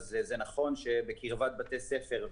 זה נכון שבקרבת בתי ספר,